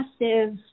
massive